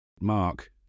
Mark